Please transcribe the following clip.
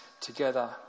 together